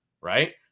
Right